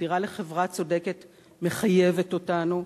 החתירה לחברה צודקת מחייבת אותנו,